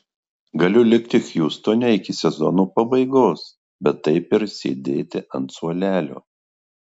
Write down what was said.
galiu likti hjustone iki sezono pabaigos bet taip ir sėdėti ant suolelio